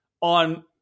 on